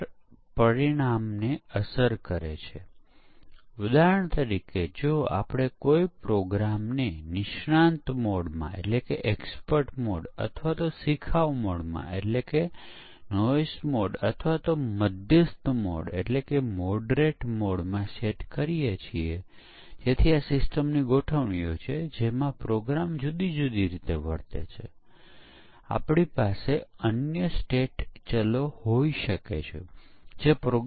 આ દરેક ભૂલ દૂર કરવાની તકનીક પછી ભલે તે સમીક્ષા બ્લેક બોક્સ પરીક્ષણ વ્હાઇટ બોક્સ પરીક્ષણ એકમ એકીકરણ સિસ્ટમ પરીક્ષણ હોય આપણે તે બધાને વિવિધ પ્રકારના બગ કાઢનાર ફિલ્ટર્સ તરીકે ધ્યાનમાં લઈ શકીએ છીએ